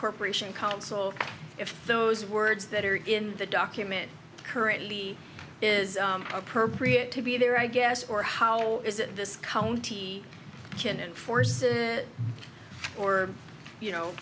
corporation counsel if those words that are in the document currently is appropriate to be there i guess or how is it this county can enforce or you know